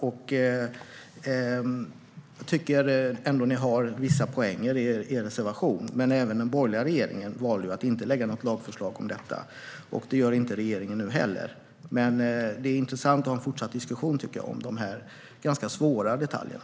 Jag tycker att ni har vissa poänger i er reservation, men även den borgerliga regeringen valde ju att inte lägga fram något lagförslag om detta, och det gör inte regeringen nu heller. Men det är intressant att ha en fortsatt diskussion om de här ganska svåra detaljerna.